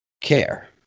care